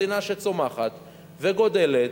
מדינה שצומחת וגדלה,